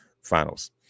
finals